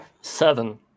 seven